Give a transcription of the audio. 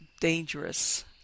dangerous